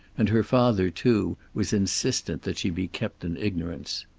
and her father, too, was insistent that she be kept in ignorance.